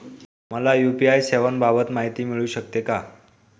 मला यू.पी.आय सेवांबाबत माहिती मिळू शकते का?